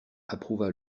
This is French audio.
approuva